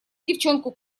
девчонку